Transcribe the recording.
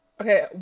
Okay